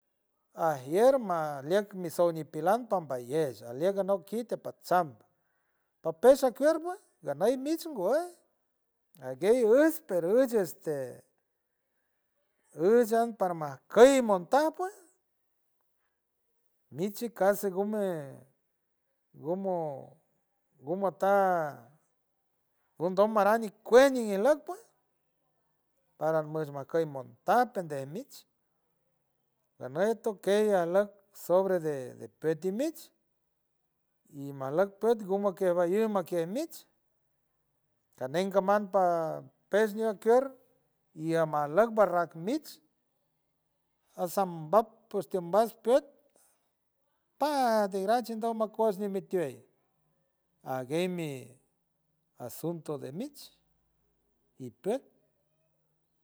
Ajier majlieck mi soj ñipilam pamballey alieck anok kit apatsam, paper shacuer pue ganey micht ngüey ajgüey üs per usch este us an parmaj key monta pue, michi cas gumen gumo gumo ata, gundom marang ñicuej ñilack pue paran mush mokey montat pendey mich ganey tokei ajlak sobre de depreti mich y malaj cut gumo kevai maquiet mitch canen caman pa pesh ñiker yamalat barrac mitch a sambat posten bas püet paas dierach chendo macuesh ñemi tiey, ajguey mi asunto de mitch y püet.